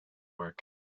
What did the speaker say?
work